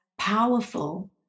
powerful